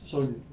so you